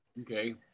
Okay